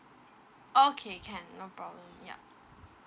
okay can no problem yup